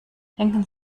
denken